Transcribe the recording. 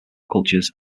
cultures